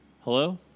Hello